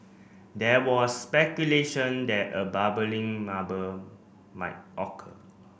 there was speculation that a bubbling might occur